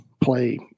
play